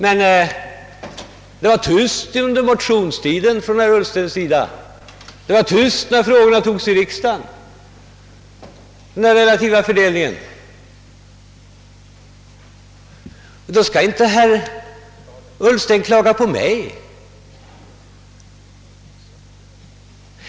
Men herr Ullsten var tyst under hela motionstiden, och han sade heller ingenting när frågorna om den relativa fördelningen behandlades iriksdagen. Då skall väl herr Ullsten inte efteråt klaga på mig!